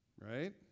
Right